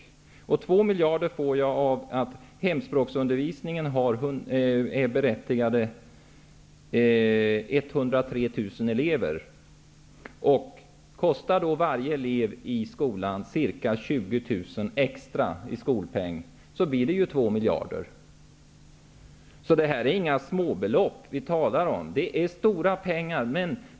Siffran två miljarder får jag genom att hemspråksundervisningen har 103 000 elever. Om då varje elev i skolan kostar ca 20 000 kronor extra i skolpeng, blir det ju två miljarder. Det är inga småbelopp vi talar om. Det är stora pengar.